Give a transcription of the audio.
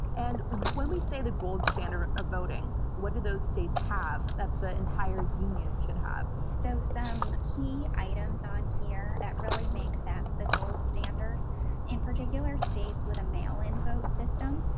and when we say the gold standard of voting, what do those states have, that the entire union should have? so some key items on here that really make them the gold standard in particular, states with a mail in vote system.